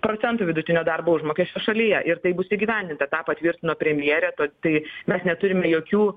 procentų vidutinio darbo užmokesčio šalyje ir tai bus įgyvendinta tą patvirtino premjerė to tai mes neturime jokių